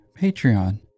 Patreon